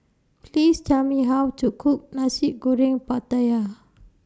Please Tell Me How to Cook Nasi Goreng Pattaya